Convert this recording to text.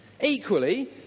Equally